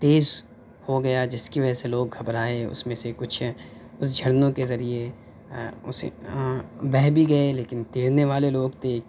تیز ہو گیا جس کی وجہ سے لوگ گھبرائے اُس میں سے کچھ اُس جھرنوں کے ذریعے اُسے بہہ بھی گئے لیکن تیرنے والے لوگ تھے